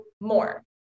more